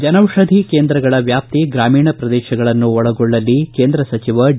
ಜನೌಷಧಿ ಕೇಂದ್ರಗಳ ವ್ಯಾಪ್ತಿ ಗ್ರಾಮೀಣ ಪ್ರದೇಶಗಳನ್ನೂ ಒಳಗೊಳ್ಳಲಿ ಕೇಂದ್ರ ಸಚಿವ ಡಿ